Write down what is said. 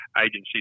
agency